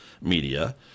media